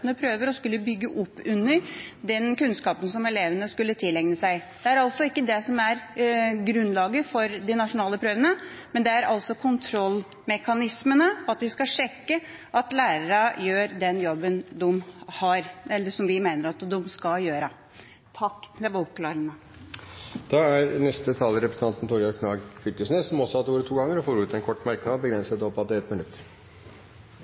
prøver som skulle bygge opp under kunnskapen som elevene skulle tilegne seg. Så er det altså ikke dette, men kontrollmekanismene som er grunnlaget for de nasjonale prøvene. Vi skal sjekke at lærerne gjør den jobben de har, eller som vi mener de skal gjøre. Det var oppklarende. Representanten Torgeir Knag Fylkesnes har hatt ordet to ganger tidligere og får ordet til en kort merknad, begrenset til 1 minutt.